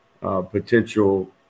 potential